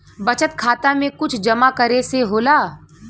बचत खाता मे कुछ जमा करे से होला?